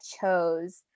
chose